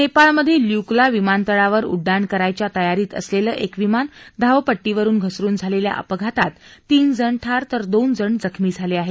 नेपाळमध्ये ल्युकला विमानतळावर उड्डाण करायच्या तयारीत असलेलं एक विमान धावपट्टीवरून घसरून झालेल्या अपघातात तीन जण ठार तर दोन जण जखमी झाले आहेत